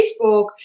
Facebook